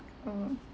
orh